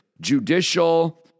judicial